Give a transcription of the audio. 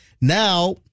Now